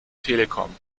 telekom